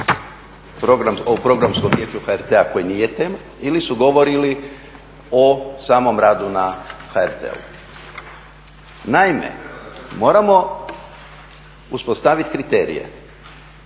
o Programskom vijeću HRT-a koji nije tema ili su govorili o samom radu na HRT-u. Naime, moramo uspostavit kriterije.